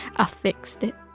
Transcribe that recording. i fixed it.